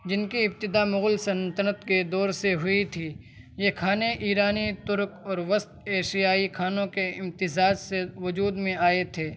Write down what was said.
جن کی ابتدا مغل سلطنت کے دور سے ہوئی تھی یہ کھانے ایرانی ترک اور وسط ایشیائی کھانوں کے امتزاج سے وجود میں آئے تھے